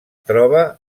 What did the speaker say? troba